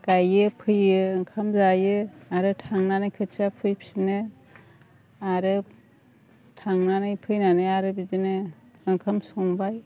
गायो फैयो ओंखाम जायो आरो थांनानै खोथिया फुहैफिनो आरो थांनानै फैनानै आरो बिदिनो ओंखाम संबाय